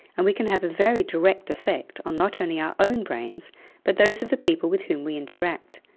and we can have a very direct effect on not only our own brains but those of the people with whom we interact.